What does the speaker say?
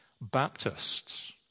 Baptists